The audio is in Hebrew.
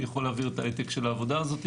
אני יכול להעביר את ההעתק של העבודה הזאת,